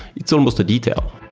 it's almost a detail.